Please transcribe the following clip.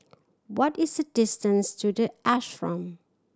what is the distance to The Ashram